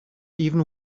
even